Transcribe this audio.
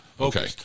Okay